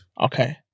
Okay